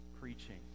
preaching